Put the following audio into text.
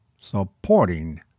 Supporting